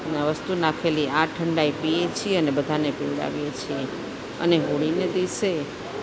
વસ્તુ નાખેલી આ ઠંડાઈ પીએ છીએ અને બધાને પીવડાવીએ છીએ અને હોળીને દિવસે